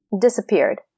disappeared